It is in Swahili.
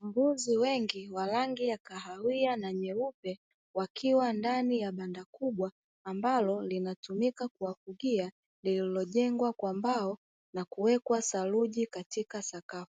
Mbuzi wengi wa rangi ya kahawia na nyeupe wakiwa ndani ya banda kubwa ambalo linatumika kuwafugia lililojengwa kwa mbao na kuwekwa saruji katika sakafu,